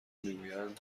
میگویند